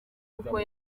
uko